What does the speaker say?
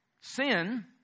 sin